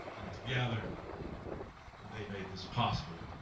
and together they made this possible.